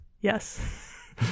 yes